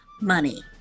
money